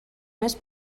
més